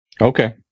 Okay